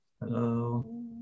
hello